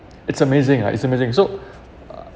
it's amazing lah it's amazing so